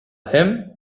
him